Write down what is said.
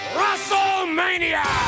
Wrestlemania